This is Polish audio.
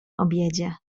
obiedzie